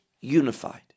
unified